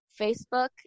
Facebook